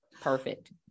Perfect